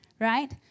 right